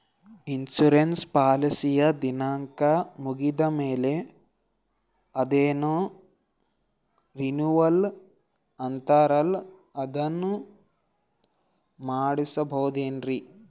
Insurance ಪಾಲಿಸಿಯ ದಿನಾಂಕ ಮುಗಿದ ಮೇಲೆ ಅದೇನೋ ರಿನೀವಲ್ ಅಂತಾರಲ್ಲ ಅದನ್ನು ಮಾಡಿಸಬಹುದೇನ್ರಿ?